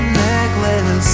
necklace